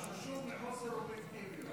חששו מחוסר אובייקטיביות.